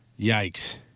yikes